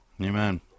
Amen